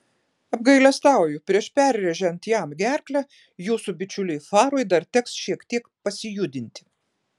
apgailestauju prieš perrėžiant jam gerklę jūsų bičiuliui farui dar teks šiek tiek pasijudinti